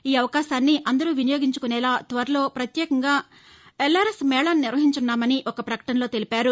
ఈ అవకాశాన్ని అందరూ వినియోగించుకునేలా త్వరలో పత్యేకంగా ఎల్ఆర్ఎస్ మేళాలను నిర్వహించసున్నామని ఒక పకటనలో తెలిపారు